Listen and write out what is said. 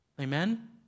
Amen